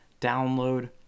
download